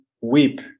weep